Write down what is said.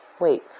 wait